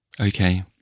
Okay